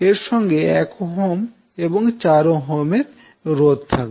এর সঙ্গে 1Ω এবং 4Ω এর রোধ থাকবে